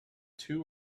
two